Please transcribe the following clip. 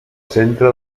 centre